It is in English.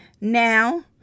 Now